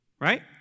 Right